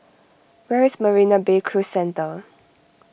where is Marina Bay Cruise Centre